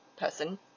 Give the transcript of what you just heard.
person